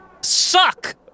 suck